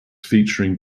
featuring